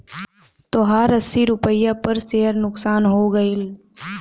तोहार अस्सी रुपैया पर सेअर नुकसान हो गइल